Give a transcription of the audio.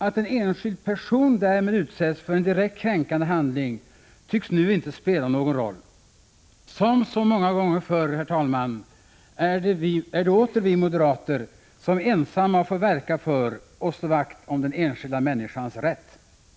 Att en enskild person därmed utsätts för en direkt kränkande 21 maj 1986 handling tycks inte spela nå I. S å må å förr, herr talman, jandling tycks 1 spela någon ro 'om så många ganger törr, herr tal Granskning av statsrå är det vi moderater som ensamma får verka för och slå vakt om den enskilda a SE RT i dens tjänsteutövning människans rätt.